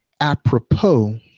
apropos